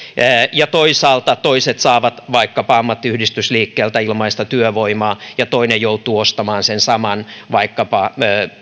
ja toisaalta toiset saavat vaikkapa ammattiyhdistysliikkeeltä ilmaista työvoimaa ja toinen joutuu ostamaan sen saman vaikkapa